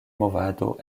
movado